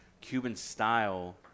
Cuban-style